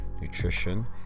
nutrition